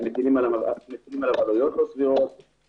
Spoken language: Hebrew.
מטילים עליו עלויות לא סבירות,